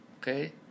Okay